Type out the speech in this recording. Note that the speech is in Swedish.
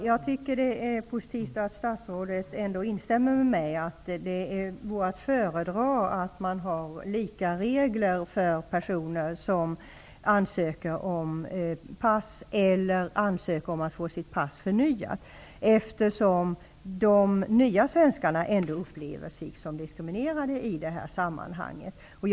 Herr talman! Det är positivt att statsrådet ändå instämmer med mig att samma regler vore att föredra för personer som ansöker om pass eller som ansöker om att få sitt pass förnyat, eftersom de nya svenskarna ändå i detta sammanhang upplever sig som diskriminerade.